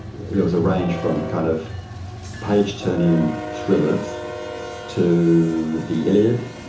there was a range from kind of page-turning thrillers to the iliad,